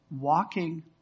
walking